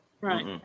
right